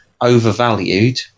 overvalued